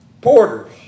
porters